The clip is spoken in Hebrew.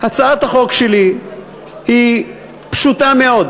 הצעת החוק שלי היא פשוטה מאוד.